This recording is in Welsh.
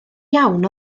iawn